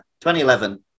2011